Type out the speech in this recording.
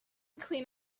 clean